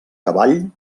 cavall